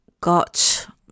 got